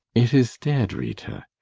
it is dead, rita.